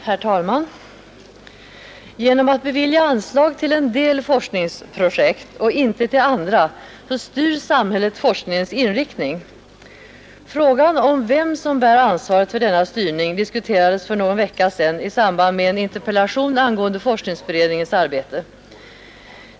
Herr talman! Genom att bevilja anslag till en del forskningsprojekt och inte till andra styr samhället forskningens inriktning. Frågan om vem som bär ansvaret för denna styrning diskuterades för någon vecka sedan i samband med en interpellation angående forsknings beredningens arbete.